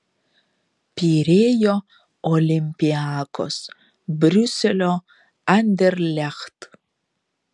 pirėjo olympiakos briuselio anderlecht